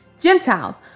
Gentiles